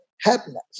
happiness